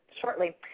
shortly